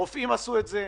אם הרופאים עשו את זה,